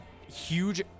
huge